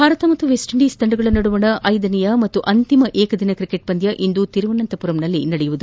ಭಾರತ ಮತ್ತು West Indies ತಂಡಗಳ ನಡುವೆ ಐದನೇ ಹಾಗೂ ಅಂತಿಮ ಏಕದಿನ ಕ್ರಿಕೆಟ್ ಪಂದ್ಯ ಇಂದು ತಿರುವನಂತಮರದಲ್ಲಿ ನಡೆಯಲಿದೆ